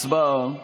הצבעה.